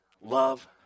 love